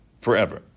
forever